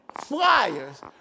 flyers